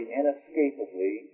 inescapably